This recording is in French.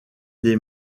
des